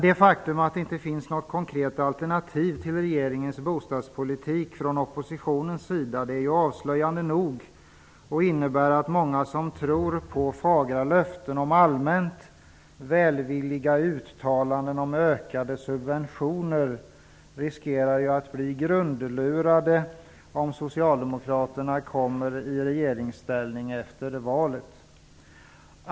Det faktum att det inte finns något konkret alternativ till regeringens bostadspolitik från oppositionens sida är avslöjande nog och innebär att många som tror på fagra löften och allmänt välvilliga uttalanden om ökade subventioner riskerar att bli grundlurade om socialdemokraterna kommer i regeringsställning efter valet.